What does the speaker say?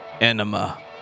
Enema